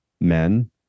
men